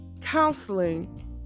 counseling